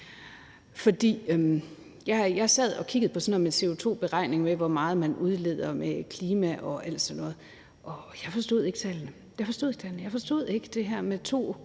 Jeg sad og kiggede på sådan noget med CO2-beregninger, i forhold til hvor meget man udleder, og om klima og alt sådan noget, og jeg forstod ikke tallene. Jeg forstod ikke det her med